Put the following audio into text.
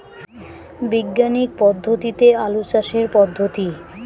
বিজ্ঞানিক পদ্ধতিতে আলু চাষের পদ্ধতি?